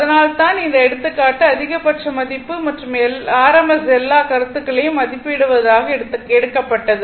அதனால்தான் இந்த எடுத்துக்காட்டு அதிகபட்ச மதிப்பு மற்றும் rms எல்லா கருத்துக்களையும் மதிப்பிடுவதற்காக எடுக்கப்பட்டது